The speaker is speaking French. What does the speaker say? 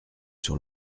sur